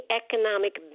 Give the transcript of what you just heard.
economic